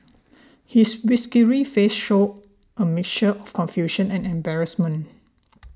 his whiskery face shows a mixture of confusion and embarrassment